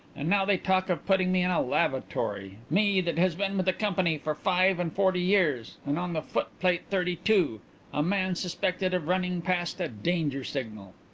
and now they talk of putting me in a lavatory me that has been with the company for five and forty years and on the foot-plate thirty-two a man suspected of running past a danger signal.